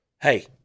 Hey